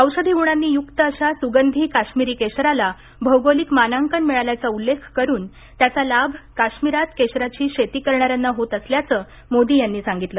औषधीगुणांनी युक्त अशा सुगंधी काश्मीरी केशराला भौगोलिक मानांकन मिळाल्याचा उल्लेख करून त्याचा लाभ काश्मिरात केशराची शेती करणाऱ्यांना होत असल्याचं मोदी यांनी सांगितलं